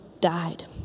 died